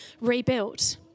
rebuilt